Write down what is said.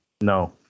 No